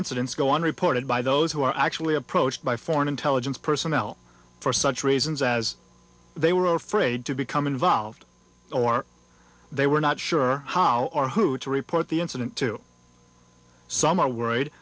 incidents go unreported by those who are actually approached by foreign intelligence personnel for such reasons as they were afraid to become involved or they were not sure how or who to report the incident to some are worried